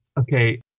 Okay